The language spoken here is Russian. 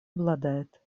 обладает